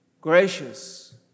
gracious